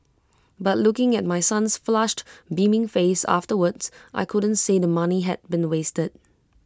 but looking at my son's flushed beaming face afterwards I couldn't say the money had been wasted